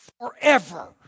forever